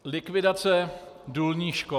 Likvidace důlních škod.